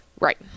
Right